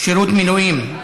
שירות המילואים,